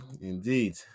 Indeed